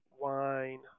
wine